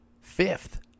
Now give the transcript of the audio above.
fifth